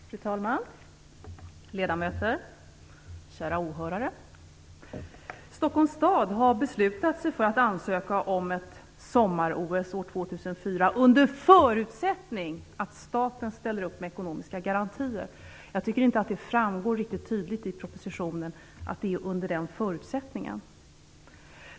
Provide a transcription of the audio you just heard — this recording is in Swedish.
Fru talman! Ledamöter! Kära åhörare! Stockholms stad har beslutat sig för att ansöka om ett sommar-OS år 2004 under förutsättning att staten ställer upp med ekonomiska garantier. Jag tycker inte att det framgår riktigt tydligt i propositionen att det är under den förutsättningen.